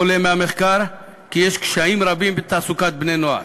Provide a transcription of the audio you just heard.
עולה מן המחקר כי יש קשיים רבים בתעסוקת בני-נוער: